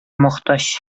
мохтаҗ